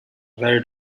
very